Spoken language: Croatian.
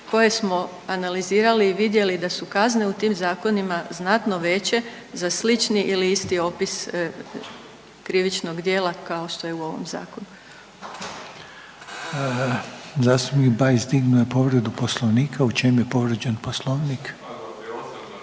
koje smo analizirali i vidjeli da su kazne u tim zakonima znatno veće za slični ili isti opis krivičnog djela kao što je u ovom zakonu. **Reiner, Željko (HDZ)** Zastupnik Bajs dignuo je povredu Poslovnika. U čem je povrijeđen Poslovnik?